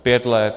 Pět let!